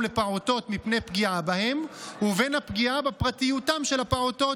לפעוטות מפני פגיעה בהם ובין הפגיעה בפרטיותם של הפעוטות,